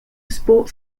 sport